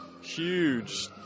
huge